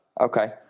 Okay